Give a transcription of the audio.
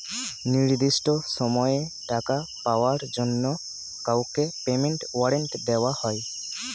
নির্দিষ্ট সময়ে টাকা পাওয়ার জন্য কাউকে পেমেন্ট ওয়ারেন্ট দেওয়া হয়